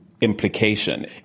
implication